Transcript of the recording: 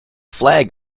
flag